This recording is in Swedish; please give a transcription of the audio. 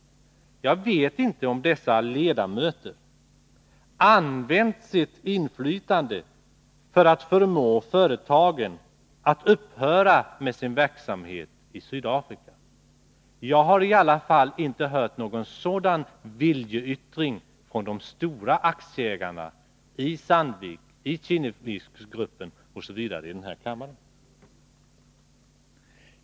Jag vet inte om dessa ledamöter använt sitt inflytande för att förmå företagen att upphöra med sin verksamhet i Sydafrika. Jag har i alla fall inte hört någon sådan viljeyttring i den här kammaren från dessa stora aktieägare i Sandvik, i Kinneviksgruppen osv.